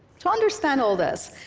to understand all this,